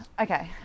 okay